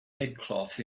headcloth